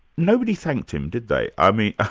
nobody thanked him, did they? i mean